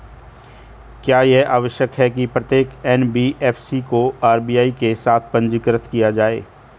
क्या यह आवश्यक है कि प्रत्येक एन.बी.एफ.सी को आर.बी.आई के साथ पंजीकृत किया जाए?